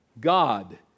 God